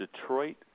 Detroit